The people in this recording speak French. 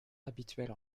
habituelle